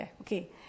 Okay